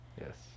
Yes